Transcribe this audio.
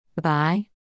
Bye